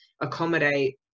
accommodate